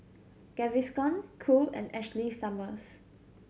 Gaviscon Cool and Ashley Summers